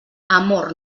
amor